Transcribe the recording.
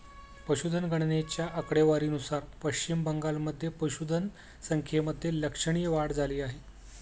पशुधन गणनेच्या आकडेवारीनुसार पश्चिम बंगालमध्ये पशुधन संख्येमध्ये लक्षणीय वाढ झाली आहे